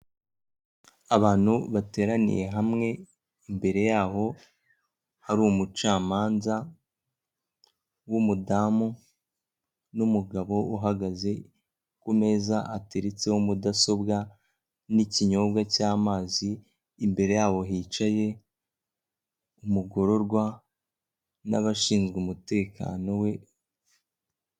Abantu bateraniye hamwe imbere y'aho hari umucamanza w'umudamu n'umugabo uhagaze ku meza ateriretseho mudasobwa n'ikinyobwa cy'amazi imbere yabo hicaye umugororwa nabashinzwe umutekano we.